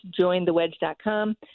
jointhewedge.com